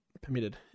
permitted